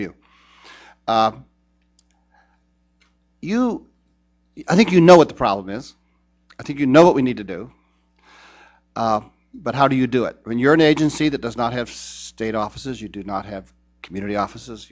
view you i think you know what the problem is i think you know what we need to do but how do you do it when you're an agency that does not have state offices you do not have community offices